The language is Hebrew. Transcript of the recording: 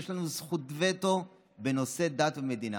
יש לנו זכות וטו בנושא דת ומדינה.